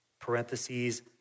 parentheses